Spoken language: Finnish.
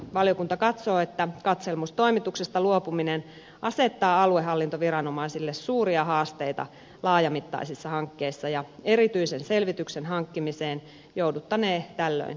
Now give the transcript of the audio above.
valiokunta katsoo että katselmustoimituksesta luopuminen asettaa aluehallintoviranomaisille suuria haasteita laajamittaisissa hankkeissa ja erityisen selvityksen hankkimiseen jouduttaneen tällöin turvautumaan